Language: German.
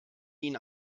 ihn